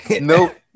Nope